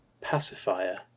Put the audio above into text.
pacifier